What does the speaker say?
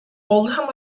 oldham